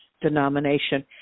denomination